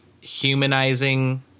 humanizing